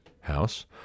house